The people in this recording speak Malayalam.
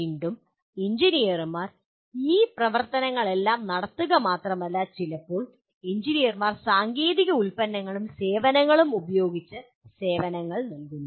വീണ്ടും എഞ്ചിനീയർമാർ ഈ പ്രവർത്തനങ്ങളെല്ലാം നടത്തുക മാത്രമല്ല ചിലപ്പോൾ എഞ്ചിനീയർമാർ സാങ്കേതിക ഉൽപ്പന്നങ്ങളും സേവനങ്ങളും ഉപയോഗിച്ച് സേവനങ്ങൾ നൽകുന്നു